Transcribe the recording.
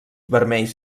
vermells